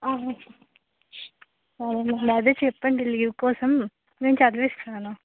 సరేలేండి అదే చెప్పండి లీవ్ కోసం నేను చదివిస్తాను